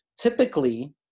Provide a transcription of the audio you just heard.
typically